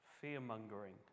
fear-mongering